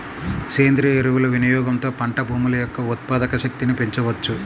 సేంద్రీయ ఎరువుల వినియోగంతో పంట భూముల యొక్క ఉత్పాదక శక్తిని పెంచవచ్చు